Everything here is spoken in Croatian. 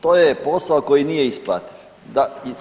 To je posao koji nije isplativ.